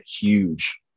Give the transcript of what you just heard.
huge